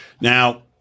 Now